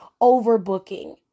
overbooking